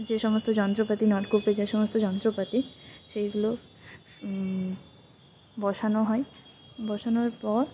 যে সমস্ত যন্ত্রপাতি নলকূপে যে সমস্ত যন্ত্রপাতি সেইগুলো বসানো হয় বসানোর পর